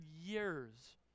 years